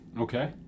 Okay